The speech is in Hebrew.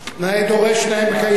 נאה דורש, נאה מקיים.